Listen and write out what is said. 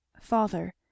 Father